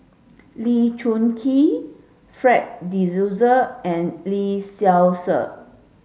Lee Choon Kee Fred de Souza and Lee Seow Ser